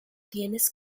tienes